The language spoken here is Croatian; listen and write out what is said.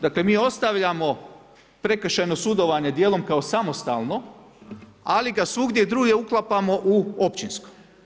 Dakle mi ostavljamo prekršajno sudovanje dijelom kao samostalno ali ga svugdje drugdje uklapamo u općinsko.